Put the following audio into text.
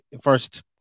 first